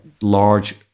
large